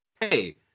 hey